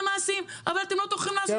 יודעים שאנחנו נסרב להן.